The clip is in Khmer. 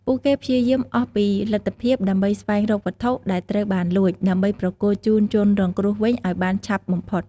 ពួកគេព្យាយាមអស់ពីលទ្ធភាពដើម្បីស្វែងរកវត្ថុដែលត្រូវបានលួច ដើម្បីប្រគល់ជូនជនរងគ្រោះវិញឲ្យបានឆាប់បំផុត។